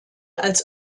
als